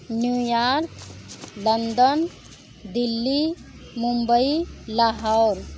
New York London Delhi Mumbai Lahore